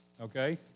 okay